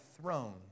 throne